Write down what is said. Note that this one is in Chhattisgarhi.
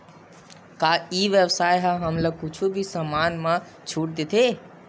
का ई व्यवसाय ह हमला कुछु भी समान मा छुट देथे?